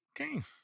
Okay